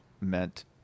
meant